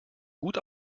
gut